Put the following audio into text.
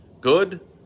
Good